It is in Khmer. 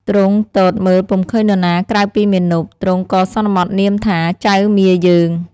ទ្រង់ទតមើលពុំឃើញនរណាក្រៅពីមាណព ទ្រង់ក៏សន្មតនាមថា ចៅមាយើង។